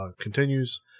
continues